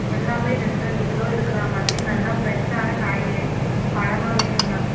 எல்லாமே ரெண்டு ரெண்டு கிலோ இருக்கிற மாதிரி நல்லா ஃப்ரெஷ்ஷான காய் பழமாக வேணும் மேம்